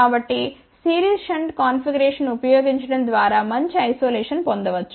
కాబట్టి series shunt కాన్ఫిగరేషన్ను ఉపయోగించడం ద్వారా మంచి ఐసోలేషన్ పొందవచ్చు